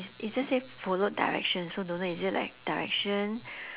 it it just say follow directions so don't know is it like direction